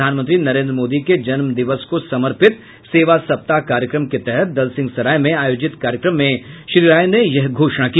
प्रधानमंत्री नरेन्द्र मोदी के जन्मदिवस को समर्पित सेवा सप्ताह कार्यक्रम के तहत दलसिंहसराय में आयोजित कार्यक्रम में श्री राय ने यह घोषणा की